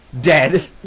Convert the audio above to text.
Dead